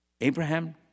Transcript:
Abraham